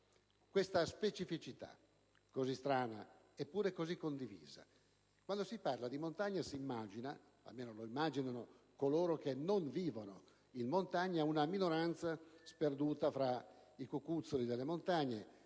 questa specificità, così strana eppure così condivisa. Quando si parla di montagna si immagina - almeno lo immaginano coloro che non vivono in montagna - una minoranza sperduta fra i cocuzzoli delle montagne intenti